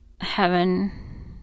Heaven